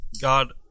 God